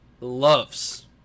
loves